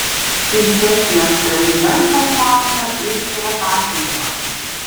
į čekijos prezidentą šauta iš šratasvydžio